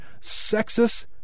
sexist